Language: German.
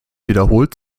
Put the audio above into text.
wiederholt